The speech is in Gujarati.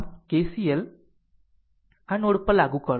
આમ KCL આ નોડ પર લાગુ કરો